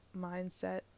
mindset